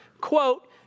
Quote